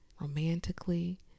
romantically